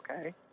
Okay